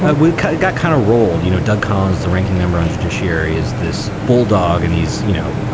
ah we got kind of rolled. you know, doug collins, the ranking member on judiciary, is this bulldog. and he's you know,